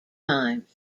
times